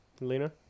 Lena